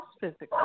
physically